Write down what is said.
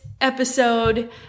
episode